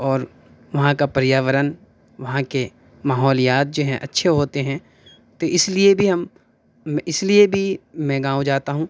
اور وہاں کا پریاورن وہاں کے ماحولیات جو ہیں اچھے ہوتے ہیں تو اس لیے بھی ہم اس لیے بھی میں گاؤں جاتا ہوں